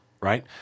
right